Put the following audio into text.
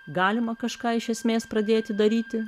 galima kažką iš esmės pradėti daryti